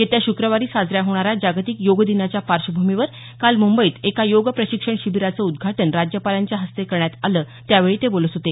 येत्या शुक्रवारी साजऱ्या होणाऱ्या जागतिक योगदिनाच्या पार्श्वभूमीवर काल मुंबईत एका योग प्रशिक्षण शिबिराचं उद्घाटन राज्यपालांच्या हस्ते करण्यात आलं त्यावेळी ते बोलत होते